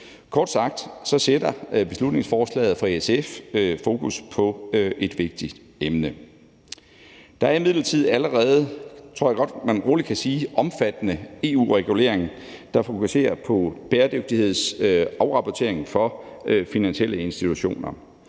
Kort sagt sætter beslutningsforslaget fra SF fokus på et vigtigt emne. Der er imidlertid allerede, tror jeg rolig man kan sige, omfattende EU-regulering, der fokuserer på bæredygtighedsafrapportering for finansielle institutioner.